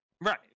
Right